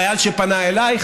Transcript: חייל שפנה אליי,